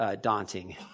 daunting